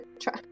try